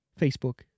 Facebook